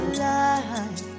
life